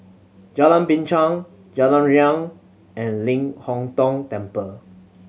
Jalan Binchang Jalan Riang and Ling Hong Tong Temple